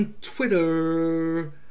Twitter